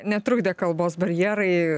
netrukdė kalbos barjerai